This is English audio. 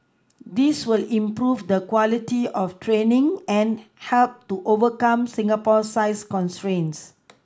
this will improve the quality of training and help to overcome Singapore's size constraints